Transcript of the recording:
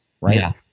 right